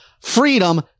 freedom